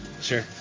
Sure